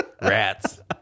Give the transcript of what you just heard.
rats